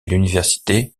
l’université